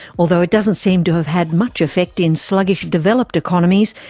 although it doesn't seem to have had much effect in sluggish developed economies,